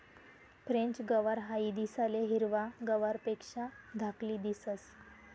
French गवार हाई दिसाले हिरवा गवारपेक्षा धाकली दिसंस